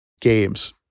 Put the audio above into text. games